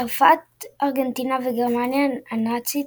צרפת, ארגנטינה וגרמניה הנאצית